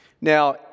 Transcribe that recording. Now